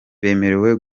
bemerewe